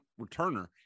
returner